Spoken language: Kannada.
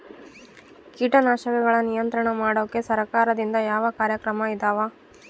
ಕೇಟನಾಶಕಗಳ ನಿಯಂತ್ರಣ ಮಾಡೋಕೆ ಸರಕಾರದಿಂದ ಯಾವ ಕಾರ್ಯಕ್ರಮ ಇದಾವ?